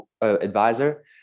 advisor